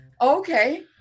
okay